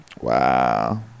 Wow